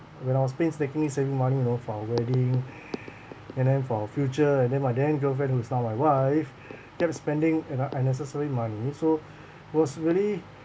when I was painstakingly saving money you know for our wedding and then for our future and then my then girlfriend who is now my wife get to spending you know unnecessary money so I was really